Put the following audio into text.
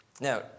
Now